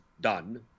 done